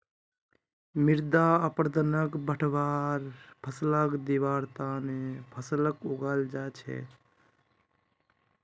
मृदा अपरदनक बढ़वार फ़सलक दिबार त न फसलक उगाल जा छेक